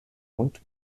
und